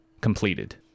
completed